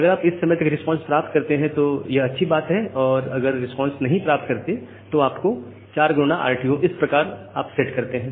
अगर आप इस समय तक रिस्पांस प्राप्त करते हैं तो यह अच्छी बात है और अगर आप रिस्पांस नहीं प्राप्त करते हैं तो आप इसको 4XRTO इस प्रकार सेट करते हैं